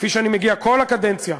כפי שאני מגיע בכל הקדנציה,